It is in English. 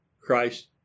Christ